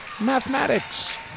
Mathematics